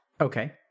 Okay